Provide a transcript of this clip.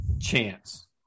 chance